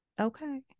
Okay